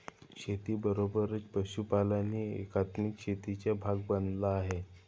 शेतीबरोबरच पशुपालनही एकात्मिक शेतीचा भाग बनला आहे